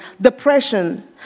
Depression